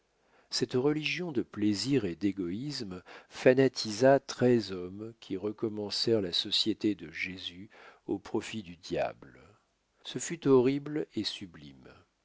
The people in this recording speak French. cette religion de plaisir et d'égoïsme fanatisa treize hommes qui recommencèrent la société de jésus au profit du diable ce fut horrible et sublime